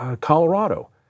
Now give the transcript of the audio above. Colorado